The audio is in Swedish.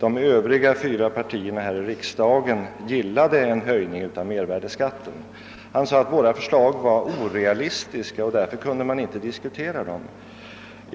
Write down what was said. de övriga fyra partierna i riksdagen gillar en höjning av mervärdeskatten. Herr Brandt sade att våra förslag var orealistiska och därför inte kunde diskuteras.